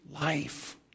life